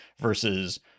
versus